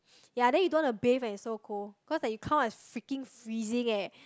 ya then you don't want to bathe when it's so cold cause like you come out as freaking freezing eh